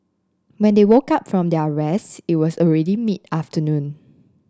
when they woke up from their rest it was already mid afternoon